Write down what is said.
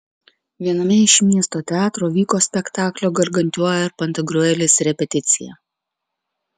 viename iš miesto teatrų vyko spektaklio gargantiua ir pantagriuelis repeticija